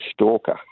stalker